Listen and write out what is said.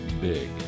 big